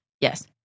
Yes